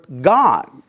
God